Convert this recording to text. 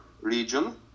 region